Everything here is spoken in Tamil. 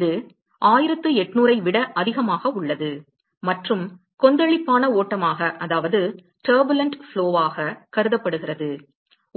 இது 1800 ஐ விட அதிகமாக உள்ளது மற்றும் கொந்தளிப்பான ஓட்டமாக கருதப்படுகிறது